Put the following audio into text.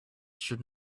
should